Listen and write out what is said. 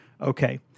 okay